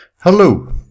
Hello